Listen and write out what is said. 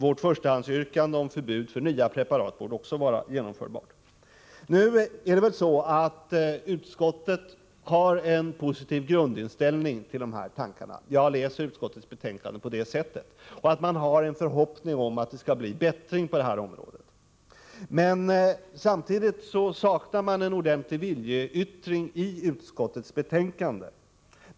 Vårt förstahandsyrkande om förbud mot nya preparat borde också vara genomförbart. Utskottet har en positiv grundställning till dessa tankar — jag har uppfattat utskottets betänkande på det sättet. Man uttalar en förhoppning om att det skall bli bättring på detta område. Samtidigt saknas dock en ordentlig viljeyttring i utskottets betänkande.